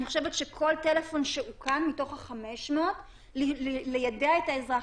אני חושבת שעל כל טלפון שאוכן מתוך ה-500 ליידע את האזרח,